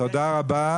תודה רבה.